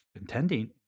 intending